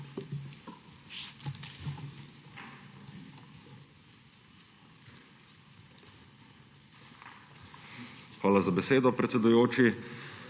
Hvala za besedo, predsedujoči.